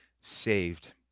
saved